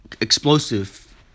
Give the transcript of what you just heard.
explosive